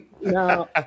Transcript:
No